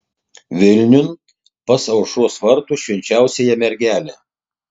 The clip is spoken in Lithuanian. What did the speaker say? vilniun pas aušros vartų švenčiausiąją mergelę